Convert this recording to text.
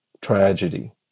tragedy